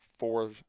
four